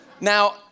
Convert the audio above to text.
Now